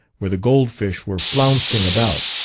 where the gold fish were flouncing about,